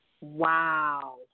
Wow